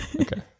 Okay